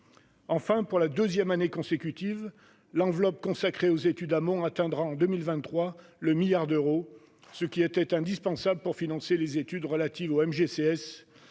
Enfin, pour la deuxième année consécutive, l'enveloppe consacrée aux études amont atteindra en 2023 le milliard d'euros, ce qui était indispensable pour financer les études relatives au